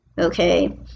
okay